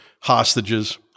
hostages